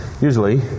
usually